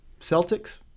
Celtics